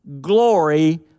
glory